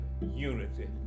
unity